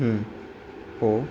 हो